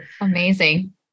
amazing